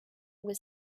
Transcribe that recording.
was